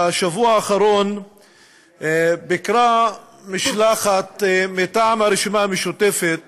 בשבוע האחרון ביקרה משלחת מטעם הרשימה המשותפת